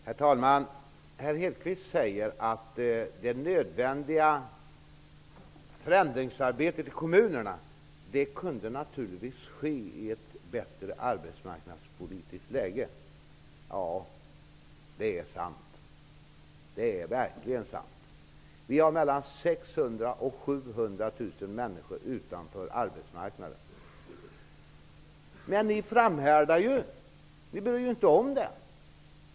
Herr talman! Herr Hedquist säger att det nödvändiga förändringsarbetet i kommunerna kunde ske i ett bättre arbetsmarknadspolitiskt läge. Det är sant -- det är verkligen sant. Mellan 600 000 och 700 000 människor står utanför arbetsmarknaden. Men ni framhärdar ju! Ni bryr er inte om det.